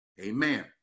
amen